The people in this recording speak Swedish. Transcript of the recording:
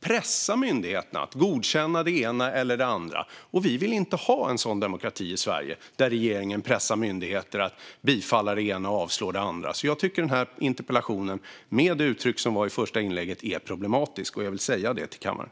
pressa myndigheterna att godkänna det ena eller det andra. Vi vill inte ha en sådan demokrati i Sverige där regeringen pressar myndigheter att bifalla det ena och avslå det andra. Jag tycker att den här interpellationen, med det uttryck som var i det första inlägget, är problematisk, och det vill jag säga till kammaren.